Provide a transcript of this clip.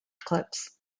clips